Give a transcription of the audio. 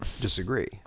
disagree